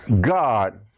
God